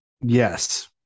Yes